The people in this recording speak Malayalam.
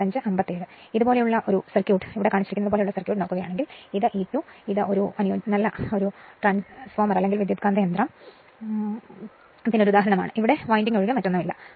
ഇപ്പോൾ ഇതുപോലെയുള്ള സർക്യൂട്ട് നോക്കുകയാണെങ്കിൽ ഇതാണ് E2 ഇത് അനുയോജ്യമായ ട്രാൻസ്ഫോർമറാണ് ഇവിടെ വിൻഡിംഗ് ഒഴികെ മറ്റൊന്നും ഇല്ല